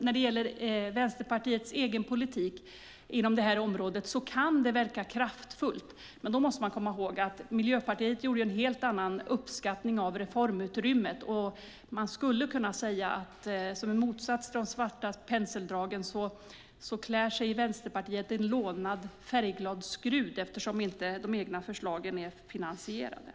När det gäller Vänsterpartiets egen politik inom området kan den verka kraftfull. Men då ska man komma ihåg att Miljöpartiet gjorde en helt annan uppskattning av reformutrymmet. Man skulle kunna säga att som motsats till de svarta penseldragen klär sig Vänsterpartiet i en lånad färgglad skrud eftersom de egna förslagen inte är finansierade.